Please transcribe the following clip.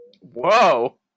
whoa